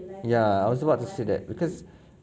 ya I was about to say that because